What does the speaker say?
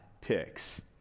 picks